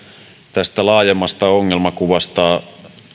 tästä laajemmasta ongelmakuvasta